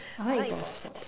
I like ball sports